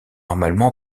normalement